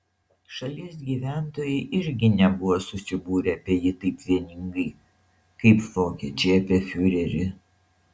šalies gyventojai irgi nebuvo susibūrę apie jį taip vieningai kaip vokiečiai apie fiurerį